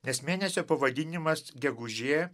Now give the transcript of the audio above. nes mėnesio pavadinimas gegužė